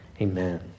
Amen